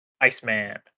Iceman